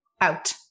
out